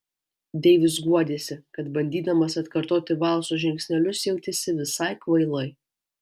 deivis guodėsi kad bandydamas atkartoti valso žingsnelius jautėsi visai kvailai